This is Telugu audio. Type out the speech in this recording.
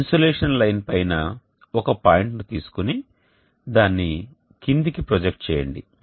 మీరు ఇన్సోలేషన్ లైన్ పైన ఒక పాయింట్ ను తీసుకుని దాన్ని క్రిందికి ప్రొజెక్ట్ చేయండి